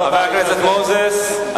חבר הכנסת מוזס,